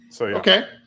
Okay